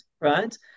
right